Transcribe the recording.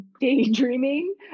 daydreaming